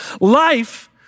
Life